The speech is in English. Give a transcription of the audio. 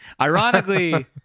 Ironically